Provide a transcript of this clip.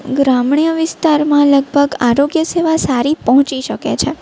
ગ્રામ્ય વિસ્તારમાં લગભગ આરોગ્ય સેવા સારી પહોંચી શકે છે